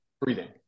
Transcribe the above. breathing